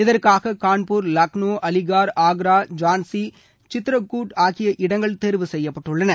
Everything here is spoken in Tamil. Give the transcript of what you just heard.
இதற்காக கான்பூர் லக்னோ அலிகர் ஆக்ரா ஜான்சி சித்ரப்பூர் ஆகிய இடங்கள் தேர்வு செய்யப்பட்டுள்ளன